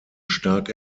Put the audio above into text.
stark